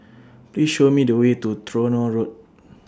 Please Show Me The Way to Tronoh Road